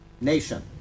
nation